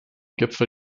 gipfel